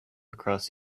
across